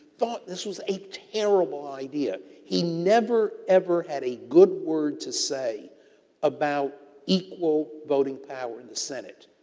thought this was a terrible idea. he never, ever had a good word to say about equal voting power in the senate.